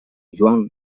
joan